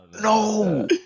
No